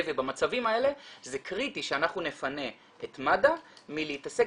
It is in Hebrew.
ובמצבים האלה זה קריטי שאנחנו נפנה את מד"א מלהתעסק